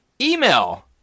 Email